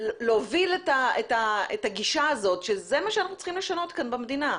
להוביל את הגישה הזאת שזה מה שאנחנו צריכים לשנות כאן במדינה,